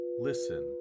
listen